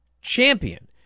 champion